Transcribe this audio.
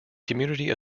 community